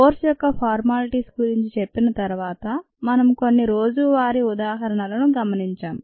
course యొక్క formalities గురించి చెప్పిన తరువాత మనం కొన్ని రోజువారీ ఉదాహరణలను గమనించాం